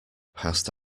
passed